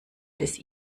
des